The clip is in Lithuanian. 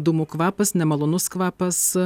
dūmų kvapas nemalonus kvapas